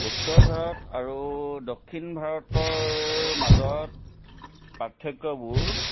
উত্তৰ ভাৰত আৰু দক্ষিণ ভাৰতৰ মাজত পাৰ্থক্যবোৰ